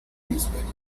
newspapers